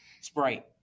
Sprite